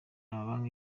amabanki